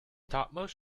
topmost